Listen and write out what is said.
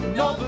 no